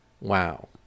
wow